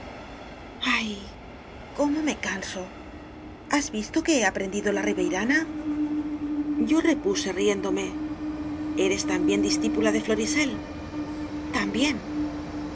ay cómo me canso has visto que he aprendido la riveirana yo repuse riéndome eres también discípula de florisel también